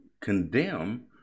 condemn